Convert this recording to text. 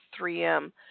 3M